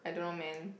I don't know man